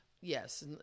Yes